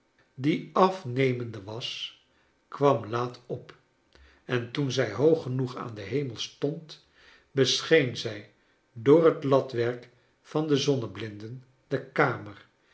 die afnemende was kwam laat op en toen zij hoog genoeg aan den hemel stond bescheen zij door het latwerk van de zonneblinden de kamer